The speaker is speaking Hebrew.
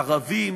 ערבים,